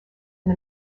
and